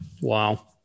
Wow